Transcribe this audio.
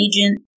agent